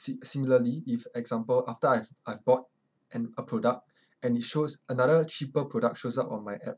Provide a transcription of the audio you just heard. si~ similarly if example after I've I bought an a product and it shows another cheaper product shows up on my app